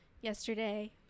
yesterday